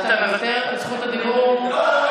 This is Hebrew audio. לא היית צריכה לתת לו לסיים,